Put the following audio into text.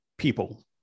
people